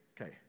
okay